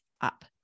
up